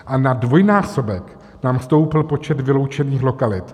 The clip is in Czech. A na dvojnásobek nám stoupl počet vyloučených lokalit.